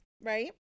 right